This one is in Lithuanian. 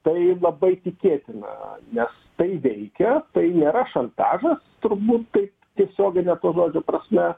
tai labai tikėtina nes tai veikia tai nėra šantažas turbūt taip tiesiogine to žodžio prasme